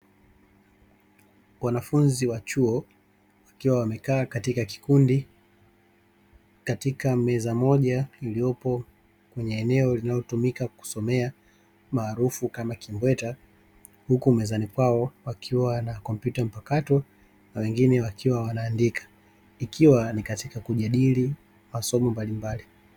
Wanafunzi wa chuo wakiwa wamekaa katika kikundii katika meza moja iliyopo kwenye eneo linalotumika kujusomea maarufu kama kimbweta, huku mezani kwao wakiwa na kompyuta mpakato na wengine wakiwa wanaandika ikiwa nikatika kujadili masomo mbalimbali.